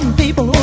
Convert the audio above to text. people